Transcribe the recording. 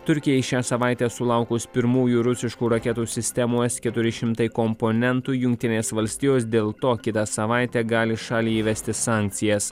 turkijai šią savaitę sulaukus pirmųjų rusiškų raketų sistemų es keturi šimtai komponentų jungtinės valstijos dėl to kitą savaitę gali šaliai įvesti sankcijas